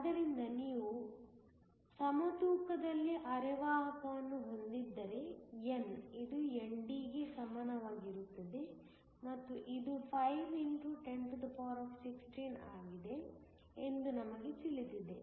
ಆದ್ದರಿಂದ ನೀವು ಸಮತೂಕದಲ್ಲಿ ಅರೆವಾಹಕವನ್ನು ಹೊಂದಿದ್ದರೆ n ಇದು ND ಗೆ ಸಮಾನವಾಗಿರುತ್ತದೆ ಮತ್ತು ಇದು 5 x 1016 ಆಗಿದೆ ಎಂದು ನಮಗೆ ತಿಳಿದಿದೆ